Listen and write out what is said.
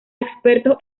expertos